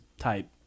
type